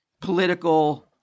political